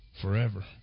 forever